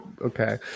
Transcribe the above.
okay